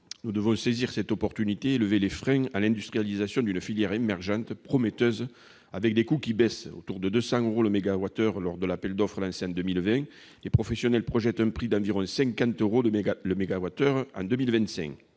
Nous devons saisir cette opportunité pour lever les freins à l'industrialisation d'une filière émergente prometteuse dont les coûts baissent. Le prix était de 200 euros le mégawattheure lors de l'appel d'offres lancé en 2011, et les professionnels projettent un prix d'environ 50 euros le mégawattheure en 2025.